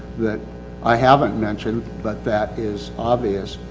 that i haven't mentioned but that is obvious,